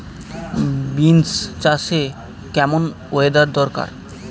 Beans চাষে কেমন weather দরকার?